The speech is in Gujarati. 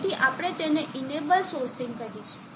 તેથી આપણે તેને ઇનેબલ સોર્સિંગ કહીશું